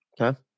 Okay